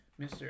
Mr